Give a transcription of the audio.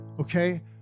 okay